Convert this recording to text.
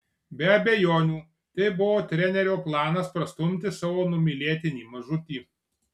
be abejonių tai buvo trenerio planas prastumti savo numylėtinį mažutį